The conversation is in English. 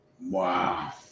Wow